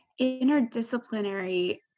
interdisciplinary